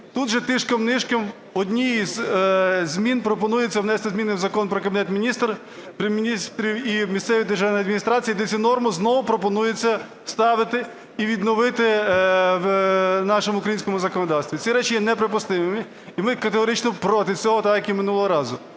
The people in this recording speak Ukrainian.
Тут же тишком-нишком в одній із змін пропонується внести зміни в Закон про Кабінет Міністрів і місцеві державні адміністрації, де ці норми знову пропонується оставить і відновити в нашому українському законодавстві. Ці речі є неприпустимими. І ми категорично проти цього так, як і минулого разу.